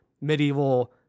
medieval